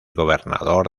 gobernador